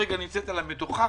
שכרגע נמצאת על המדוכה,